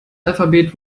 alphabet